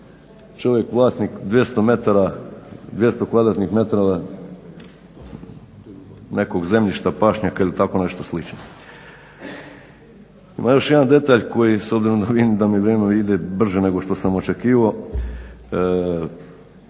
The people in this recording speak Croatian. čovjek vlasnik 200 kvadratnih metara nekog zemljišta, pašnjaka ili tako nešto slično. Ima još jedan detalj, koji s obzirom da vidim da mi vrijeme ide brže nego što sam očekivao,